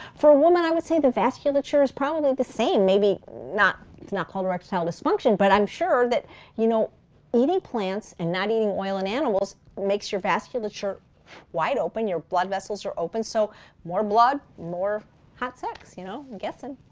for a woman, i would say the vasculature is probably the same, maybe not it's not called erectile dysfunction, but i'm sure that you know eating plants and not eating oil and animals makes your vasculature wide open, your blood vessels are open, so more blood, more hot sex, i'm you know guessing.